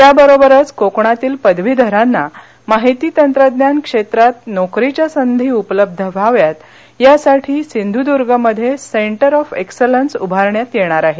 याबरोबरच कोकणातील पदवीधरांना माहिती तंत्रज्ञान क्षेत्रात नोकरीच्या संधी उपलब्ध व्हाव्यात यासाठी सिंधूर्द्गमध्ये सेंटर ऑफ एक्सलन्स उभारण्यात येणार आहे